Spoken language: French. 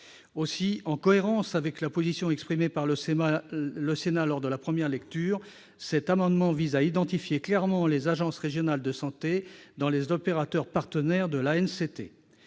question. En cohérence avec la position adoptée par le Sénat en première lecture, cet amendement vise à identifier clairement les agences régionales de santé parmi les opérateurs partenaires de l'ANCT.